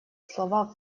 слова